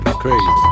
crazy